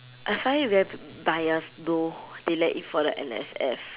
I find it very bias though they let it for the N S F